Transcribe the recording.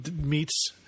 meets